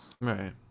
right